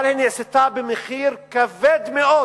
אבל היא נעשתה במחיר כבד מאוד